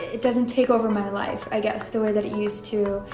it doesn't take over my life, i guess the way that it used to.